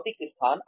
भौतिक स्थान